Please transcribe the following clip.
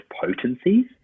potencies